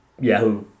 Yahoo